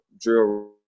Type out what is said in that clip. drill